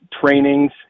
trainings